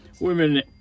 Women